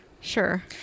sure